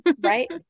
Right